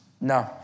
No